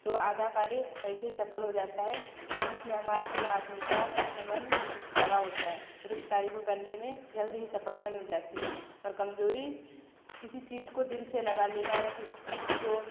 तो आधा कार्य वैसे ही सफल हो जाता है क्योंकि उसमें हमारा पूरा आत्मविश्वास अपना मन लगा होता है और उस कार्य को करने में जल्द ही सफलता मिल जाती है और कमज़ोरी किसी चीज़ को दिल से लगा लेना या किसी चीज़ को